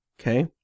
Okay